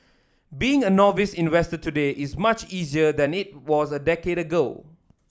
being a novice investor today is much easier than it was a decade ago